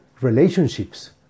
relationships